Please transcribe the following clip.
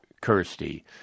Kirsty